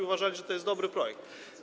Uważali oni, że to jest dobry projekt.